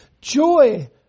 Joy